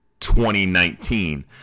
2019